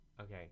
Okay